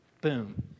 Boom